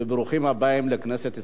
ברוכים הבאים לכנסת ישראל.